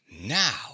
now